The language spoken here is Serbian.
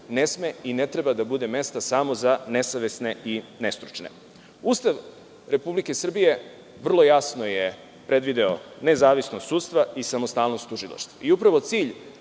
ne sme i ne treba da bude mesta za nesavesne i nestručne. Ustav Republike Srbije vrlo jasno je predvideo nezavisnost sudstva i samostalnost tužilaštva. Upravo cilj